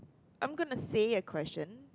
I'm gonna say a question